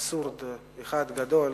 אבסורד אחד גדול,